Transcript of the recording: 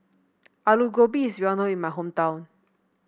Aloo Gobi is well known in my hometown